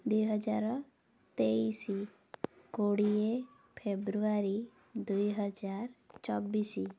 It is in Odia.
ଦୁଇହଜାର ତେଇଶ କୋଡ଼ିଏ ଫେବୃଆରୀ ଦୁଇହଜାର ଚବିଶ